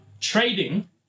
Trading